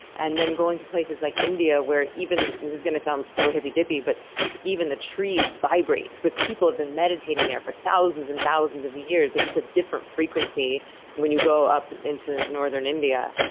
and then going to places like india, where even. this is going to sound so hippy dippy, but even the trees vibrate, because people have been meditating there for thousands and thousands of years. there's just a different frequency when you go up into northern india.